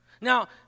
Now